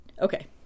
Okay